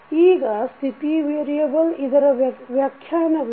ಈಗ ಸ್ಥಿತಿ ವೆರಿಯೆಬಲ್ ಇದರ ವ್ಯಾಖ್ಯಾನವೇನು